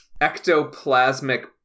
ectoplasmic